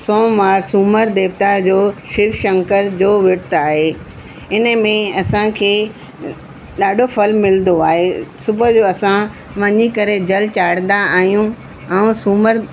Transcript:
सोमवार सूमरु देवता जो शिव शंकर जो विर्तु आहे इन में असांखे ॾाढो फल मिलंदो आहे सुबुह जो असां वञी करे जल चाणंदा आहियूं ऐं सूमरु